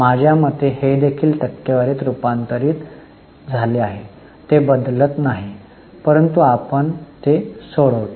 माझ्या मते हे देखील टक्केवारीत रुपांतर झाले ते बदलत नाही परंतु आपण ते सोडतो